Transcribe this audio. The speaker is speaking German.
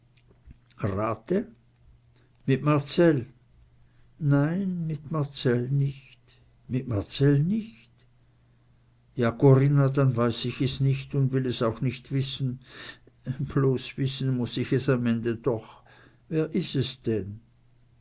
rate mit marcell nein mit marcell nicht mit marcell nich ja corinna dann weiß ich es nich und will es auch nich wissen bloß wissen muß ich es am ende doch wer is es denn